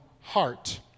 heart